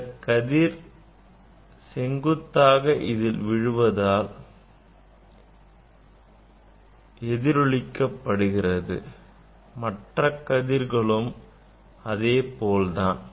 இந்தக் கதிர் செங்குத்தாக இதில் விழுவதால் எதிரொளிக்கப்படுகிறது மற்ற கதிர்களும் அதேபோல்தான்